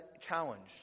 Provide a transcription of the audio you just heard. challenged